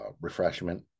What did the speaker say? refreshment